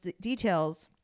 details